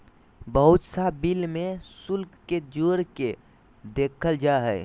बहुत सा बिल में शुल्क के जोड़ के देखल जा हइ